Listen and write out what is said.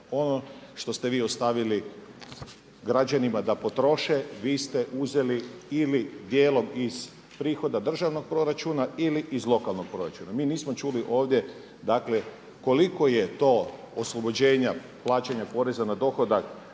Ono što ste vi ostavili građanima da potroše vi ste uzeli ili dijelom iz prihoda državnog proračuna ili iz lokalnog proračuna. Mi nismo čuli ovdje koliko je to oslobođenja plaćanja poreza na dohodak